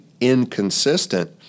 inconsistent